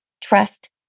trust